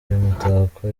umutako